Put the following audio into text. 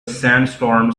sandstorm